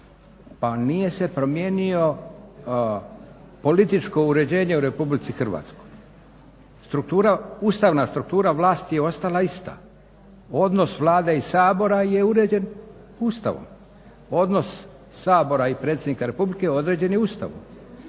pa nije se promijenilo političko uređenje u Republici Hrvatskoj. Struktura, ustavna struktura vlasti je ostala ista. Odnos Vlade i Sabora je uređen Ustavom. Odnos Sabora i predsjednika Republike određen je Ustavom.